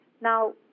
Now